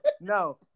no